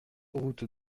route